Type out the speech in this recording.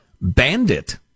Bandit